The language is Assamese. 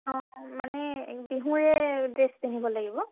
অঁ মানে বিহুৰে ড্ৰেছ পিন্ধিব লাগিব